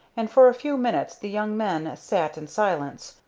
and for a few minutes the young men sat in silence,